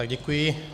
Děkuji.